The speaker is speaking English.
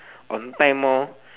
on time lah